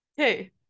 okay